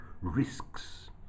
risks